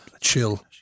chill